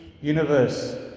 universe